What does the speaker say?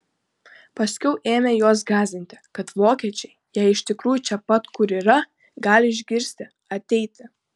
paskiau ėmė juos gąsdinti kad vokiečiai jei iš tikrųjų čia pat kur yra gali išgirsti ateiti